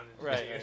right